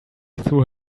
through